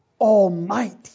Almighty